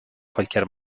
cualquier